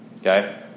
Okay